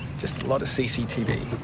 just a lot of cctv.